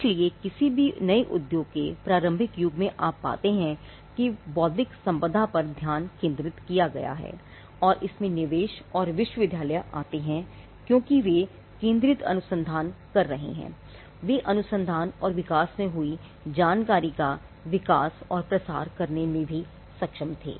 इसलिए किसी भी नए उद्योग के प्रारंभिक युग में आप पाते हैं कि बौद्धिक संपदा पर ध्यान केंद्रित किया गया है इसमें निवेश और विश्वविद्यालय आते हैं क्योंकि वे केंद्रित अनुसंधान कर रहे थे वे अनुसंधान और विकास में हुई जानकारी का विकास और प्रसार करने में भी सक्षम थे